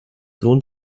lohnt